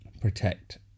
protect